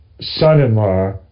son-in-law